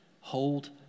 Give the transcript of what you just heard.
Hold